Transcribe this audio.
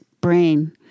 brain